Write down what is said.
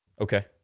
Okay